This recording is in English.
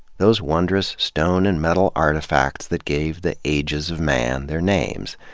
those wondrous stone and metal artifacts that gave the ages of man their names.